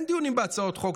אין דיונים בהצעות חוק.